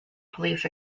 police